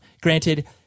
Granted